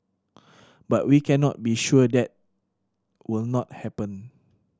but we cannot be sure that will not happen